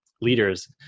leaders